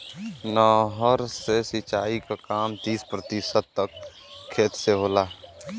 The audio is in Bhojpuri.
नहर से सिंचाई क काम तीस प्रतिशत तक खेत से होला